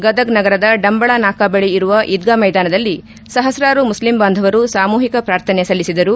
ಗದಗ್ ನಗರದ ಡಂಬಳ ನಾಕಾಬಳ ಇರುವ ಈದ್ಗಾ ಮೈದಾನದಲ್ಲಿ ಸಹಸ್ತಾರು ಮುಸ್ಲಿಂ ಬಾಂಧವರು ಸಾಮೂಹಿಕ ಪ್ರಾರ್ಥನೆ ಸಲ್ಲಿಸಿದರು